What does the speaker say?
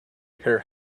her